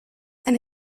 and